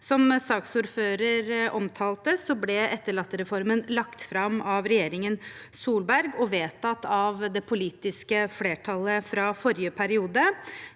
Som saksordføreren omtalte, ble etterlattereformen lagt fram av regjeringen Solberg og vedtatt av det politiske flertallet fra forrige periode.